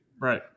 Right